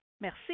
Merci